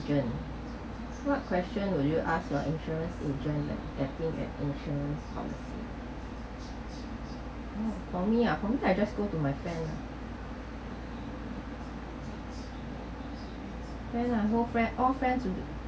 agent what question will you asked your insurance agent like adapting at insurance policy mm for me ah for me I just go to my friend lah when I oh friend all friend